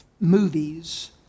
movies